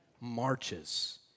marches